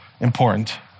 Important